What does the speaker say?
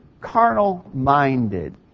carnal-minded